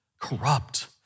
corrupt